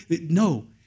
No